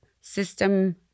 system